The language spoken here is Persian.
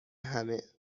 همه